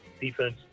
defense